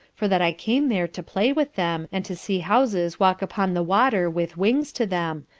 for that i came there to play with them, and to see houses walk upon the water with wings to them,